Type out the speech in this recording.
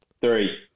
three